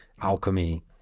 alchemy